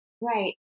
Right